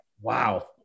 Wow